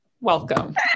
Welcome